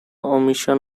omission